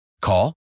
Call